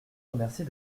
remercie